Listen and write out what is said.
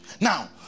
Now